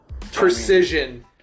precision